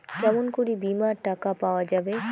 কেমন করি বীমার টাকা পাওয়া যাবে?